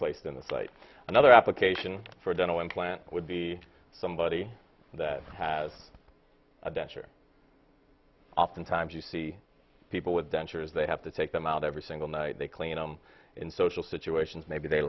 placed in the fight another application for a dental implant would be somebody that has a dancer oftentimes you see people with dentures they have to take them out every single night they clean them in social situations maybe they